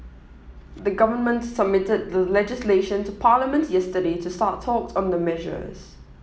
the government submitted the legislation to Parliament yesterday to start talks on the measures